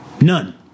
None